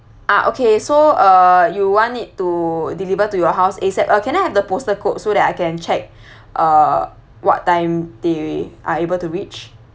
uh okay so uh you want it to deliver to your house ASAP uh can I have the postal code so that I can check uh what time they are able to reach